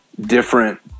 different